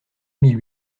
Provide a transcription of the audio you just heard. mille